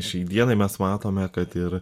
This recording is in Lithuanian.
šiai dienai mes matome kad ir